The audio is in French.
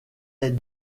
est